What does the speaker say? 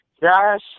Josh